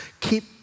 keep